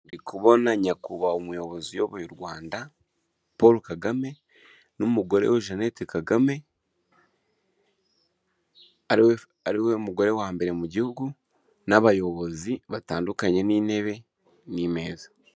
Ndi kubona nyakubahwa umuyobozi uyoboye u Rwanda PoloKagame n'umugore we Jenete Kagame ariwe mugore wa mbere mu gihugu n'abayobozi batandukanye n'intebe n'imeza.